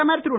பிரதமர் திரு